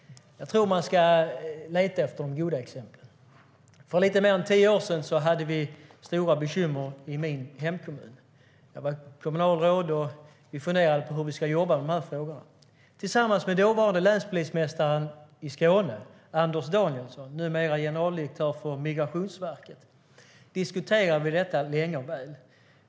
Man ska nog leta efter de goda exemplen. För lite mer än tio år sedan hade vi stora bekymmer i min hemkommun. Jag var då kommunalråd, och vi funderade hur vi skulle jobba med dessa frågor. Tillsammans med den dåvarande länspolismästaren i Skåne, Anders Danielsson - numera generaldirektör för Migrationsverket - diskuterade vi detta länge och väl.